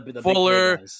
Fuller